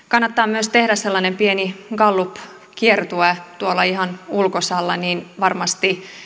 kannattaa myös tehdä sellainen pieni gallup kiertue tuolla ihan ulkosalla niin varmasti